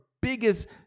biggest